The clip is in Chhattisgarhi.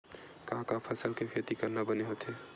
का का फसल के खेती करना बने होथे?